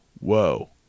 whoa